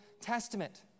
Testament